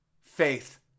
Faith